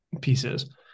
pieces